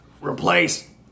replace